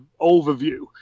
overview